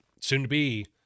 soon-to-be